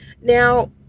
Now